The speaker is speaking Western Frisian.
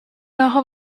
nochal